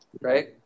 right